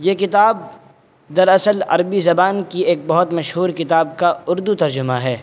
یہ کتاب دراصل عربی زبان کی ایک بہت مشہور کتاب کا اردو ترجمہ ہے